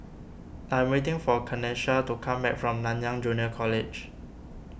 I am waiting for Kanesha to come back from Nanyang Junior College